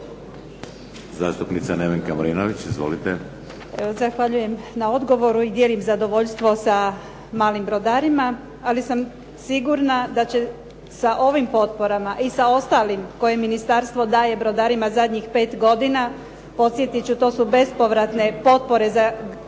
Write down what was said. **Marinović, Nevenka (HDZ)** Zahvaljujem na odgovoru i dijelim zadovoljstvo sa malim brodarima. Ali sam sigurna da će sa ovim potporama i sa ostalim koje ministarstvo daje brodarima zadnjih 5 godina, podsjetit ću, to su bespovratne potpore s